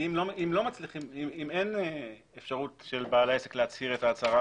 אם אין אפשרות של בעל העסק להצהיר את ההצהרה